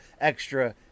extra